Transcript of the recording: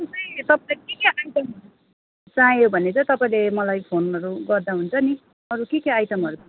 अरू चाहिँ तपाईँ के के आइटमहरू चाहियो भने चाहिँ तपाईँले मलाई फोनहरू गर्दा हुन्छ नि अरू के के आइटमहरू